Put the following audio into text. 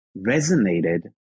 resonated